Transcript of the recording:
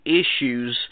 issues